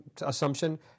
assumption